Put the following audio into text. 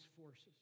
forces